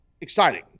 exciting